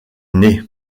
née